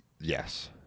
Yes